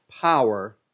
power